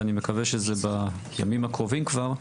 ואני מקווה שזה בימים הקרובים כבר,